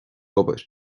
obair